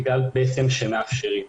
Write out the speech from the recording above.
בגלל שמאפשרים זאת.